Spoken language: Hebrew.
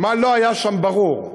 מה לא היה ברור שם?